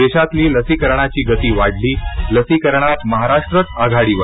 देशातली लसीकरणाची गती वाढली लसीकरणात महाराष्ट्रच आघाडीवर